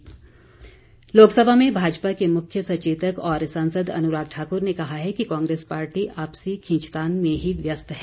अनुराग लोकसभा में भाजपा के मुख्य सचेतक और सांसद अनुराग ठाक्र ने कहा है कि कांग्रेस पार्टी आपसी खींचतान में ही व्यस्त है